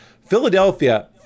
Philadelphia